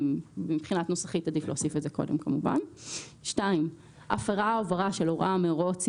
מבחינה נוסחית, כמובן עדיף להוסיף את זה קודם.